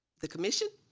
the commission,